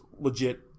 legit